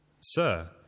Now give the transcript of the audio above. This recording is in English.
Sir